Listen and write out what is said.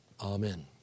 Amen